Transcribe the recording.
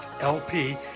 LP